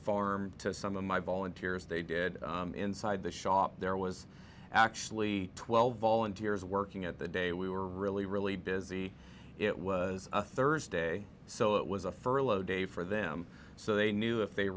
farm to some of my volunteers they did inside the shop there was actually twelve volunteers working at the day we were really really busy it was a thursday so it was a furlough day for them so they knew if they